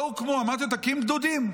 אמרתי לו: תקים גדודים.